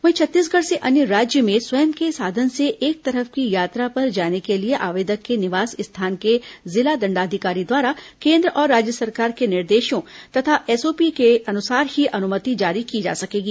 वहीं छत्तीसगढ़ से अन्य राज्य में स्वयं के साधन से एक तरफ की यात्रा पर जाने के लिए आवेदक के निवास स्थान के जिला दंडाधिकारी द्वारा केन्द्र और राज्य सरकार के निर्देशों तथा एसओपी के अनुसार ही अनुमति जारी की जा सकेगी